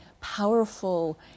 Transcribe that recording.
powerful